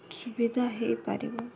ସୁବିଧା ହୋଇପାରିବ